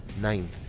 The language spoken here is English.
ninth